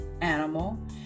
animal